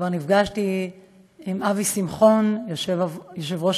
כבר נפגשתי עם אבי שמחון יושב-ראש